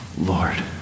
Lord